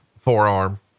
forearm